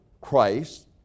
Christ